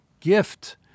gift